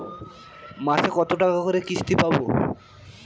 মাসে কত টাকা করে কিস্তি পড়বে?